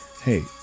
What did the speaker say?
Hey